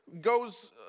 goes